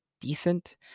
decent